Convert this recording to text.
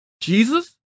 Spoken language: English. Jesus